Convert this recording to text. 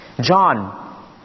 John